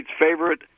favorite